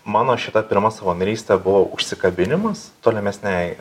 mano šita pirma savanorystė buvo užsikabinimas tolimesnei